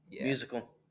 Musical